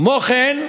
כמו כן,